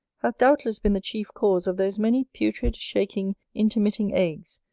hath doubtless been the chief cause of those many putrid, shaking intermitting agues,